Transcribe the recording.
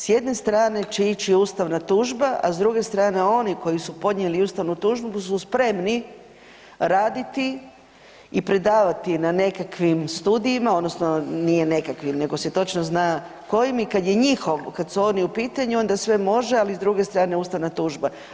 S jedne strane će ići ustavna tužba, a s druge strane oni koji su podnijeli ustavnu tužbu su spremni raditi i predavati na nekakvim studijima odnosno nije nekakavim nego se točno zna kojim i kad je njihov, kad su oni u pitanju onda sve može, ali s druge strane ustavna tužba.